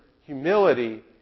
humility